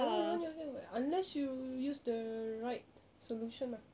that [one] will ruin your hair [what] unless you use the right solution ah